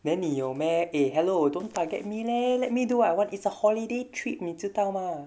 then 你有 meh eh hello don't forget me leh let me do I want is a holiday trip 你知道吗